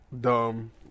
dumb